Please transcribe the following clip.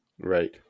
Right